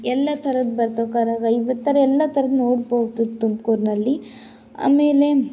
ಎಲ್ಲ ಥರದ್ದು ಬತ್ ಕರಗ ಥರದ್ದು ನೋಡ್ಬೋದು ತುಮ್ಕೂರಿನಲ್ಲಿ ಆಮೇಲೆ